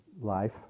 life